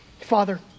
Father